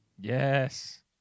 Yes